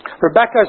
Rebecca